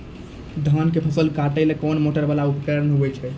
धान के फसल काटैले कोन मोटरवाला उपकरण होय छै?